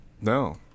No